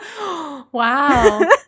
wow